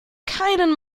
keinen